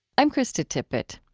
i'm krista tippett.